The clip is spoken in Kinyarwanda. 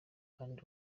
kandi